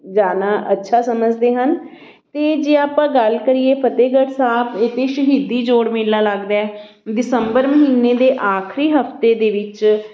ਜਾਣਾ ਅੱਛਾ ਸਮਝਦੇ ਹਨ ਅਤੇ ਜੇ ਆਪਾਂ ਗੱਲ ਕਰੀਏ ਫਤਿਹਗੜ੍ਹ ਸਾਹਿਬ ਇੱਥੇ ਸ਼ਹੀਦੀ ਜੋੜ ਮੇਲਾ ਲੱਗਦਾ ਦਸੰਬਰ ਮਹੀਨੇ ਦੇ ਆਖਰੀ ਹਫ਼ਤੇ ਦੇ ਵਿੱਚ